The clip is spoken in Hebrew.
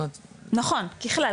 נכון ככלל,